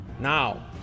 Now